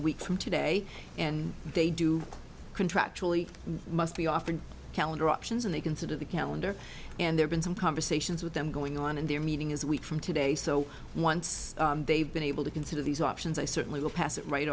a week from today and they do contractually must be offered calendar options and they consider the calendar and there's been some conversations with them going on and their meeting is week from today so once they've been able to consider these options i certainly will pass it right